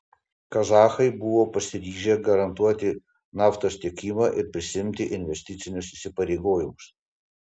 kazachai buvo pasiryžę garantuoti naftos tiekimą ir prisiimti investicinius įsipareigojimus